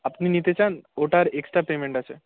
আপনি নিতে চান ওটার এক্সট্রা পেমেন্ট আছে